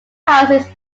houses